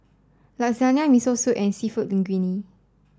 Lasagna Miso Soup and Seafood Linguine